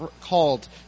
called